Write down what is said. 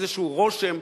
איזשהו רושם,